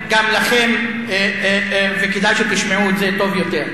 כבר אמרנו את זה בעבר.